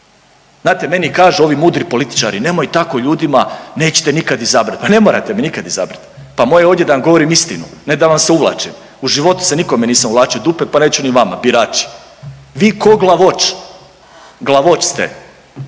Znate, meni kažu ovi mudri političari, nemoj tako ljudima, neće te nikad izabrat, pa ne morate me nikad izabrat, pa moje je ovdje da vam govorim istinu ne da vam se uvlačim, u životu se nikome nisam uvlačio u dupe, pa neću ni vama. Birači, vi ko glavoč, glavoč ste,